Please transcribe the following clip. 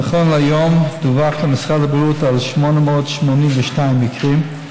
נכון להיום דווח למשרד הבריאות על 882 מקרים,